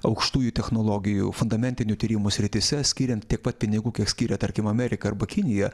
aukštųjų technologijų fundamentinių tyrimų srityse skiriant tiek pat pinigų kiek skiria tarkim amerika arba kinija